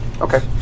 Okay